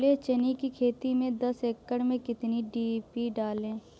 छोले चने की खेती में दस एकड़ में कितनी डी.पी डालें?